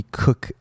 cook